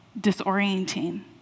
disorienting